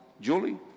Julie